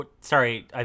Sorry